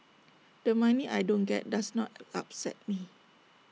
the money I don't get does not upset me